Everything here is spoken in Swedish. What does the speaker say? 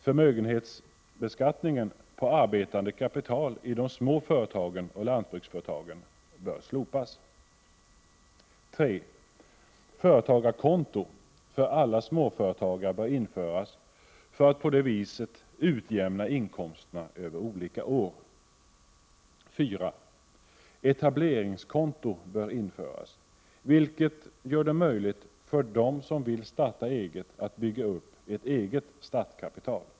Förmögenhetsskatten på arbetande kapital i små företag och lantbruksföretag bör slopas. 3. Företagarkonto för alla småföretagare bör införas för att på så vis utjämna inkomsterna över olika år. 4. Etableringskonto bör införas, vilket gör det möjligt för dem som vill starta eget att bygga upp ett eget startkapital.